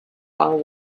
while